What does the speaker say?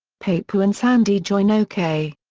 pappu and sandy join o k.